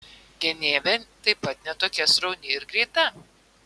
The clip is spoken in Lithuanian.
gynėvė taip pat ne tokia srauni ir greita